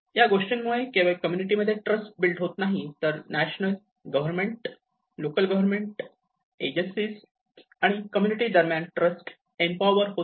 या गोष्टींमुळे केवळ कम्युनिटी मध्ये ट्रस्ट बिल्ड होत नाही तर national government local government agencies आणि कम्युनिटी दरमॅन ट्रस्ट एम्पॉवेर्स होतो